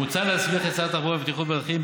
מוצע להסמיך את שר התחבורה והבטיחות בדרכים,